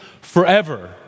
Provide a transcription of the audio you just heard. forever